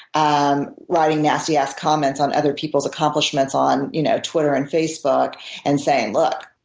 um writing nasty ass comments on other people's accomplishments on you know twitter and facebook and saying, look,